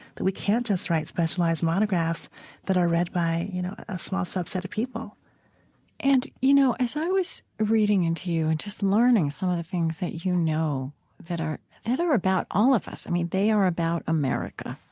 we can't just write specialized monographs that are read by, you know, a small subset of people and, you know, as i was reading into you and just learning some of the things that you know that are that are about all of us, i mean, they are about america.